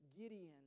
Gideon